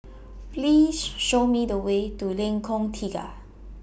Please Show Me The Way to Lengkong Tiga